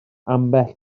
ambell